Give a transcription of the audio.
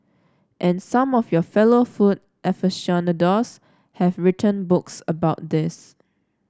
and some of your fellow food aficionados have written books about this